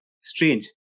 strange